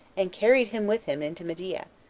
and carried him with him into media,